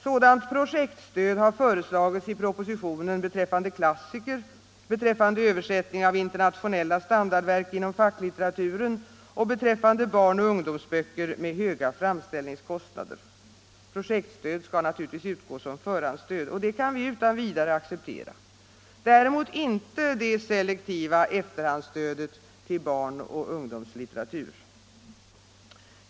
Sådant projektstöd har föreslagits i propositionen beträffande klassiker, beträffande översättning av internationella standardverk inom facklitteraturen och beträffande barnoch ungdomsböcker med höga framställningskostnader. Projektstöd skall naturligtvis utgå som förhandsstöd. Detta kan vi utan vidare acceptera; däremot inte det selektiva efterhandsstödet till barnoch ungdomslitteratur.